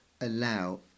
allow